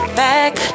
back